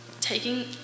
taking